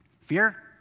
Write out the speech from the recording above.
Fear